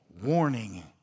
warning